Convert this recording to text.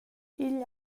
igl